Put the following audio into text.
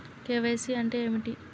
KYC అంటే ఏమిటి?